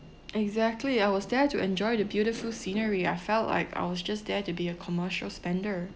exactly I was there to enjoy the beautiful scenery I felt like I was just there to be a commercial spender